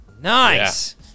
Nice